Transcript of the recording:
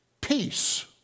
peace